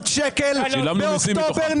שילמנו מיסים מתוכם.